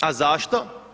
A zašto?